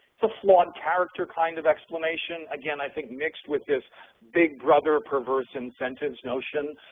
so flawed character kind of explanation, again, i think mixed with this big brother perverse incentives notion,